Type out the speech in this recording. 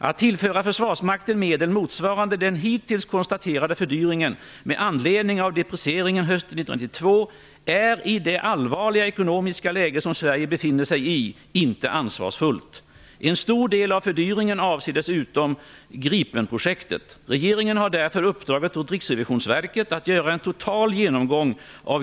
Att tillföra Försvarsmakten medel motsvarande den hittills konstaterade fördyringen med anledning av deprecieringen hösten 1992 är i det allvarliga ekonomiska läge som Sverige befinner sig i inte ansvarsfullt. En stor del av fördyringen avser dessutom Gripenprojektet. Regeringen har därför uppdragit åt Riksrevisionsverket att göra en total genomgång av